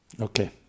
Okay